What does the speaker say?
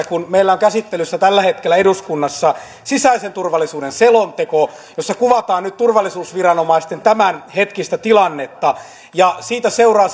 kun meillä on käsittelyssä tällä hetkellä eduskunnassa sisäisen turvallisuuden selonteko jossa kuvataan nyt turvallisuusviranomaisten tämänhetkistä tilannetta ja siitä seuraa